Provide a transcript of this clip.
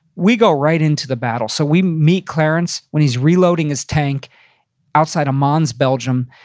we go right into the battle. so we meet clarence when he's reloading his tank outside of mons, belgium.